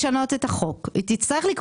יש לך את היום